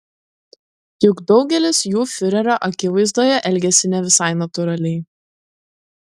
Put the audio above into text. juk daugelis jų fiurerio akivaizdoje elgiasi ne visai natūraliai